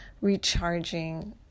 recharging